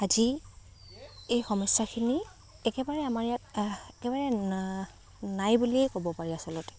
আজি এই সমস্যাখিনি একেবাৰে আমাৰ ইয়াত একেবাৰে নাই বুলিয়েই ক'ব পাৰি আচলতে